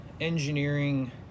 engineering